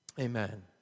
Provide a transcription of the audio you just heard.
Amen